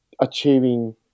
achieving